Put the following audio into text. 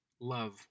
Love